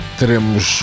teremos